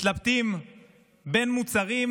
מתלבטים בין מוצרים,